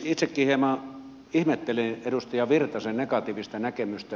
itsekin hieman ihmettelin edustaja virtasen negatiivista näkemystä